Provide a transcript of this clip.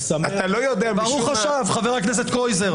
ברוך השב, חה"כ קרויזר.